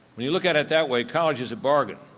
when you look at it that way, college is a bargain,